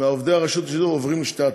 מעובדי הרשות עוברים לשני התאגידים.